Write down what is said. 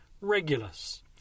Regulus